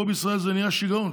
פה בישראל זה נהיה שיגעון,